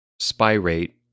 spirate